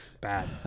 bad